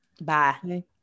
bye